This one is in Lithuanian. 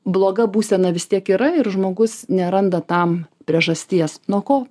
bloga būsena vis tiek yra ir žmogus neranda tam priežasties nuo ko